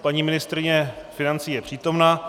Paní ministryně financí je přítomna.